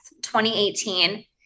2018